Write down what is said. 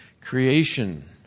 creation